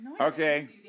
Okay